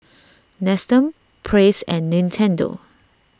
Nestum Praise and Nintendo